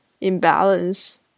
imbalance